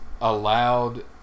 allowed